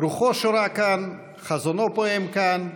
רוחו שורה כאן, חזונו פועם כאן,